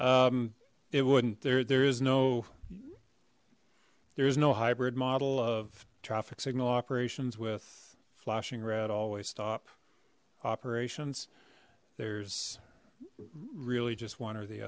it wouldn't there there is no there is no hybrid model of traffic signal operations with flashing red always stop operations there's really just one or the